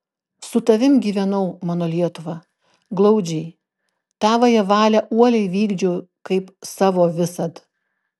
su tavimi gyvenau mano lietuva glaudžiai tavąją valią uoliai vykdžiau kaip savo visad